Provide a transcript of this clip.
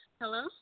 Hello